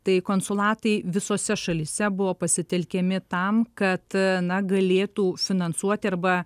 tai konsulatai visose šalyse buvo pasitelkiami tam kad na galėtų finansuoti arba